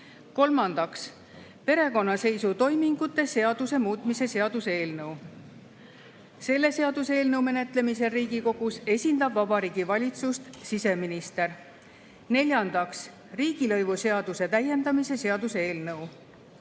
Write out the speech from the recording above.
Kolmandaks, perekonnaseisutoimingute seaduse muutmise seaduse eelnõu. Selle seaduseelnõu menetlemisel Riigikogus esindab Vabariigi Valitsust siseminister. Neljandaks, riigilõivuseaduse täiendamise seaduse eelnõu.